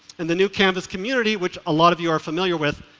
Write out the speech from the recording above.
in the new canvass community, which a lot of you are familiar with,